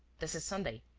this is sunday.